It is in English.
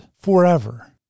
forever